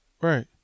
Right